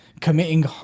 committing